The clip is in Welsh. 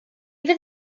fydd